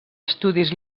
estudis